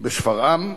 בשפרעם,